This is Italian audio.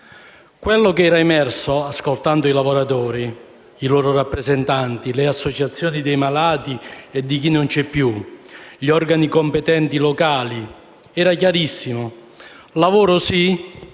Quello che era emerso ascoltando i lavoratori, i loro rappresentanti, le associazioni dei malati e di chi non c'è più e gli organi competenti locali era chiarissimo: lavoro sì,